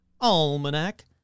Almanac